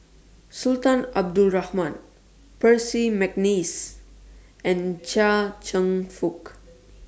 Sultan Abdul Rahman Percy Mcneice and Chia Cheong Fook